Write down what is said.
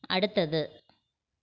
அடுத்தது